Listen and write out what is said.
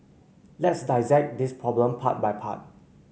let's dissect this problem part by part